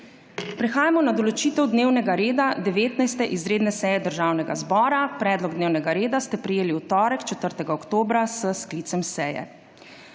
Prehajamo na določitev dnevnega reda 19. izredne seje Državnega zbora. Predlog dnevnega reda ste prejeli v torek, 4. oktobra, s sklicem seje.